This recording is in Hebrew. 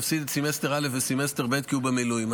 את סמסטר א' וסמסטר ב' כי הוא במילואים,